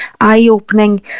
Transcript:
eye-opening